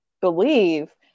believe